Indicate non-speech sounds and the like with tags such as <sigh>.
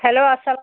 hello <unintelligible>